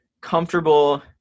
comfortable